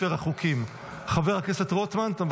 אני קובע כי הצעת חוק סדר הדין הפלילי (סמכויות אכיפה,